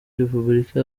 repuburika